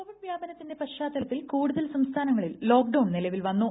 Covid വ്യാപനത്തിന്റെ പശ്ചാത്തലത്തിൽ കൂടുതൽ സംസ്ഥാനങ്ങളിൽ ലോക്ഡൌൺ നിലവിൽ വന്നു